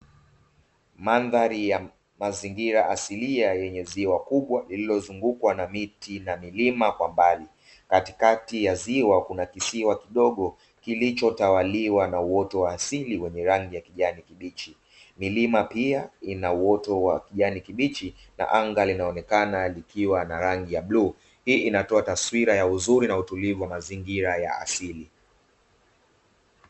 Mandhari ya mazingira asilia yenye ziwa kubwa lililozungukwa na miti na milima kwa mbali, katikati ya ziwa kuna kisiwa kidogo kilichotawaliwa na uoto wa asili wenye rangi ya kijani kibichi. Milima pia ina uoto wa kijani kibichi na anga linaonekana likiwa na rangi ya bluu. Hii inatoa taswira ya uzuri na utulivu wa mazingira ya asili.